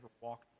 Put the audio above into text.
walk